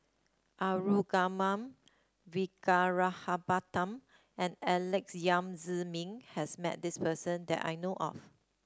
Arumugam and Alex Yam Ziming has met this person that I know of